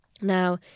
Now